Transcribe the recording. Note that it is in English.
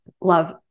love